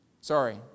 Sorry